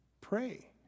pray